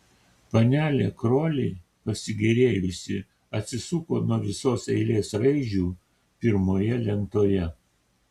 panelė kroli pasigėrėjusi atsisuko nuo visos eilės raidžių l lentoje